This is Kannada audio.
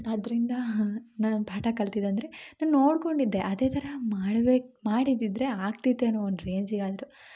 ಅದರಿಂದ ನಾನ್ ಒಂದು ಪಾಠ ಕಲ್ತಿದಂದರೆ ನಾನು ನೋಡಿಕೊಂಡಿದ್ದೇ ಅದೇ ಥರ ಮಾಡ್ಬೇಕು ಮಾಡಿದಿದ್ರೆ ಆಗ್ತಿತ್ತೇನೋ ಒಂದು ರೇಂಜಿಗಾದರು